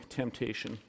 temptation